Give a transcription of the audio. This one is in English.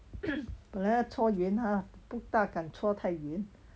本来搓圆它不大敢搓太圆